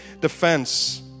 defense